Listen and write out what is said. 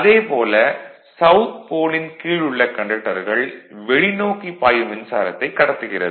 அதே போல சவுத் போலின் கீழ் உள்ள கண்டக்டர்கள் வெளிநோக்கி பாயும் மின்சாரத்தைக் கடத்துகிறது